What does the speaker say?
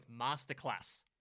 Masterclass